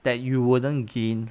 that you wouldn't gain